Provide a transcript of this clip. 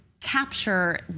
capture